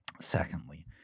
Secondly